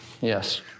Yes